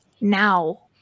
now